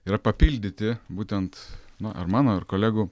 yra papildyti būtent nu ar mano ar kolegų